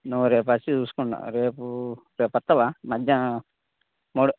నువ్వు రేపు వచ్చి చూసుకుంటూ రేపు వస్తావా మధ్యాహ్నం మూడు